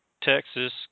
Texas